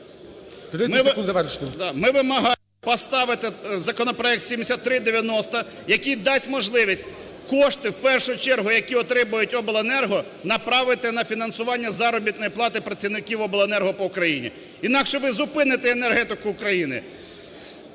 Ми вимагаємо поставити в законопроект 7390, який дасть можливість кошти, в першу чергу які отримають обленерго, направити на фінансування заробітної плати працівників обленерго по Україні. Інакше ви зупините енергетику України.